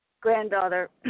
granddaughter